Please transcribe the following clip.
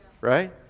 right